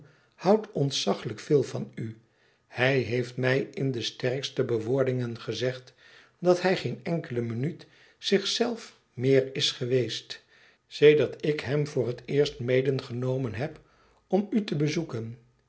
houdt ontzaglijk veel van u hij heeft mij in de sterkste bewoordingen gezegd dat hij geene enkele minuut zich zelf meer geweest is sedert ik hem voor het eerst medegenomen heb om u te bezoeken